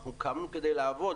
אנחנו כאן כדי לעבוד.